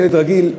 ילד רגיל,